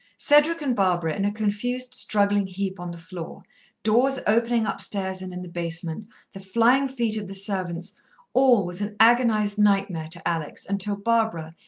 cedric and barbara in a confused struggling heap on the floor doors opening upstairs and in the basement the flying feet of the servants all was an agonized nightmare to alex until barbara,